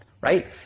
right